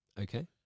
Okay